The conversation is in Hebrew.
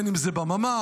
אם זה בממ"ח,